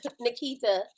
Nikita